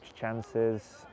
chances